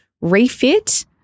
refit